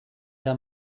der